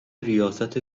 ریاست